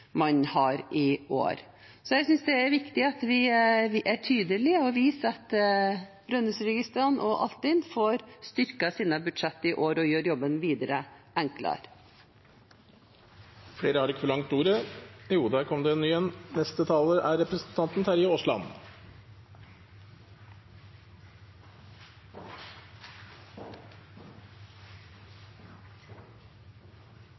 man har hatt i år. Så jeg synes det er viktig at vi er tydelige og viser at Brønnøysundregistrene og Altinn får styrket sine budsjetter i år – og gjør jobben videre enklere. Brønnøysundregistrene og situasjonen der har vært sentralt i forbindelse med næringskomiteens behandling av statsbudsjettet for neste